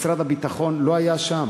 משרד הביטחון לא היה שם.